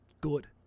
good